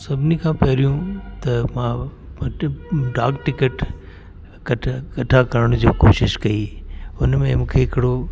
सभिनी खां पहिरियों त मां डाक टिकेट कठा कठा करण जी कोशिशि कई हुनमें मूंखे हिकिड़ो